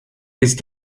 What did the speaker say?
ist